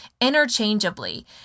interchangeably